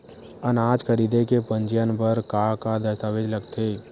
अनाज खरीदे के पंजीयन बर का का दस्तावेज लगथे?